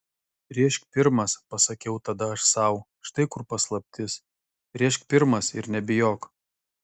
rėžk pirmas pasakiau tada aš sau štai kur paslaptis rėžk pirmas ir nebijok